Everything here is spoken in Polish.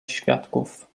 świadków